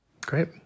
great